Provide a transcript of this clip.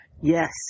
Yes